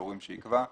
ובשיעורים שיקבע.